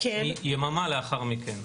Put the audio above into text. יממה לאחר מכן,